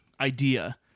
idea